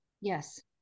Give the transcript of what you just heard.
Yes